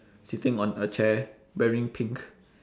sitting on a chair wearing pink